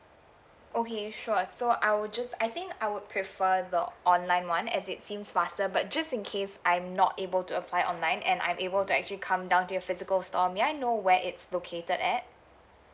okay sure so I will just I think I would prefer the online one as it seems faster but just in case I'm not able to apply online and I'm able to actually come down to your physical store may I know where it's located at